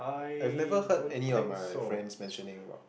I've never heard any of my friends mentioning about